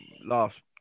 Last